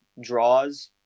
draws